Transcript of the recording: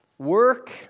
work